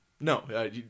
No